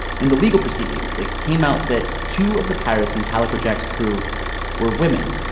in the legal proceedings, it came out that two of the pirates in calico jack's crew were women.